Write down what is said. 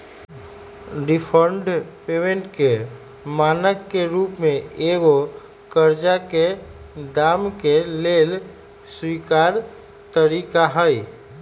deferred payment के मानक के रूप में एगो करजा के दाम के लेल स्वीकार तरिका हइ